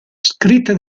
scritte